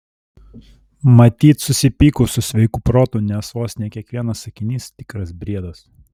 matyt susipykus su sveiku protu nes vos ne kiekvienas sakinys tikras briedas